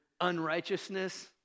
unrighteousness